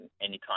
anytime